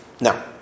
Now